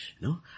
No